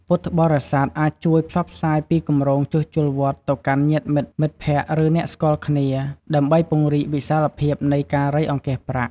ពុទ្ធបរិស័ទអាចជួយផ្សព្វផ្សាយពីគម្រោងជួសជុលវត្តទៅកាន់ញាតិមិត្ត មិត្តភក្តិ ឬអ្នកស្គាល់គ្នា ដើម្បីពង្រីកវិសាលភាពនៃការរៃអង្គាសប្រាក់។